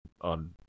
on